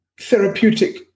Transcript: therapeutic